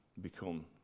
become